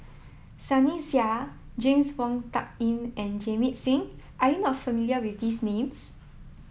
sunny Sia James Wong Tuck Yim and Jamit Singh are you not familiar with these names